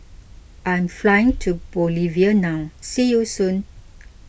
I am flying to Bolivia now see you soon